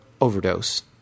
overdose